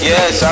Yes